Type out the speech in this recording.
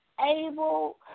Able